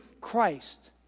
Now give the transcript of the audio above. Christ